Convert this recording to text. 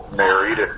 married